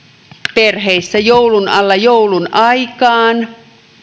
perheissä joulun alla joulun aikaan